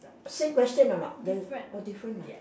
same question or not the or different ah